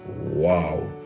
wow